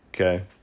Okay